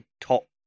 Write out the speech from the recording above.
top